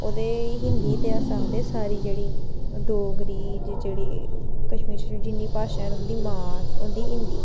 ओह्दे हिंदी ते अस आखदे साढ़ी जेह्ड़ी डोगरी जेह्ड़ी कश्मीरी शशमिरी जिन्नी बी भाशा न उंदा मां होंदी हिंदी